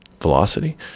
velocity